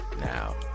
Now